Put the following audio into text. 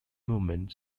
movement